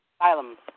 Asylum